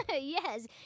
Yes